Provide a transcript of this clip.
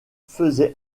faisait